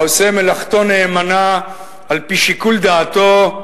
העושה מלאכתו נאמנה, על-פי שיקול-דעתו,